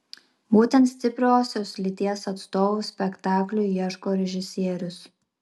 būtent stipriosios lyties atstovų spektakliui ieško režisierius